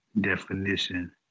Definition